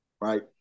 right